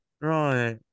right